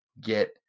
get